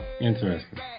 Interesting